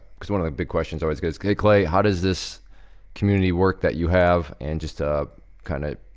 cus one of the big questions i always get is, hey, clay. how does this community work that you have and just, ah kind of